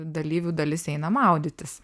dalyvių dalis eina maudytis